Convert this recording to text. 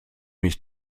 mich